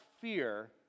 fear